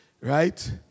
right